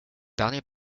dernier